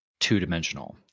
two-dimensional